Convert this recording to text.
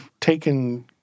taken